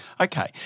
Okay